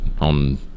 on